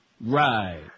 Right